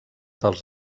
dels